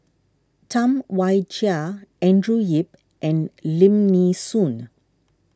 Tam Wai Jia Andrew Yip and Lim Nee Soon